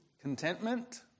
contentment